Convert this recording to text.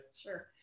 Sure